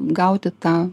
gauti tą